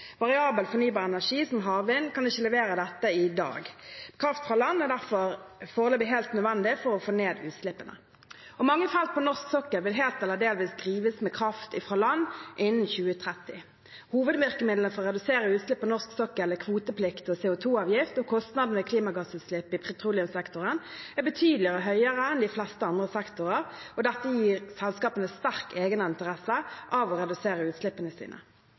Variabel fornybar energi som havvind kan ikke levere dette i dag. Kraft fra land er derfor foreløpig helt nødvendig for å få ned utslippene. Mange felt på norsk sokkel vil helt eller delvis drives med kraft fra land innen 2030. Hovedvirkemidlene for å redusere utslipp på norsk sokkel er kvoteplikt og CO 2 -avgift. Kostnaden ved klimagassutslipp i petroleumssektoren er betydelig høyere enn i de fleste andre sektorer. Dette gir selskapene sterk egeninteresse av å redusere utslippene sine.